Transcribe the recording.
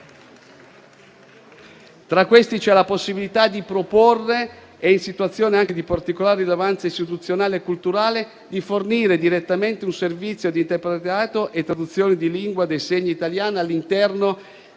Tra questi, ricordo la possibilità, anche in situazioni di particolare rilevanza istituzionale e culturale, di fornire direttamente un servizio di interpretariato e traduzione di lingua dei segni italiana all'interno